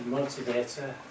Motivator